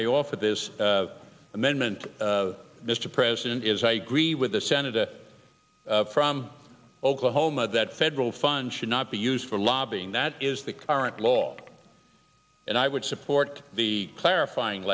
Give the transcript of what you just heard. i offer this amendment mr president is i agree with the senator from oklahoma that federal funds should not be used for lobbying that is the current law and i would support the clarifying